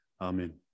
Amen